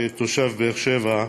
כתושב באר-שבע,